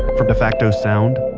from defacto sound,